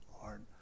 Lord